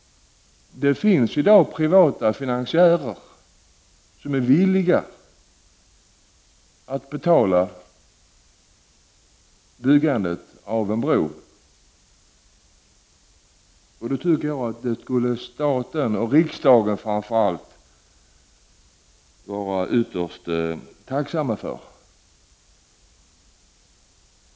Det finns i dag privata finansiärer som är villiga att betala byggandet av en bro. Då tycker jag att staten, och riksdagen framför allt, skulle vara ytterst tacksam över detta.